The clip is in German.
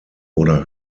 oder